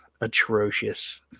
atrocious